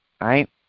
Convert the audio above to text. right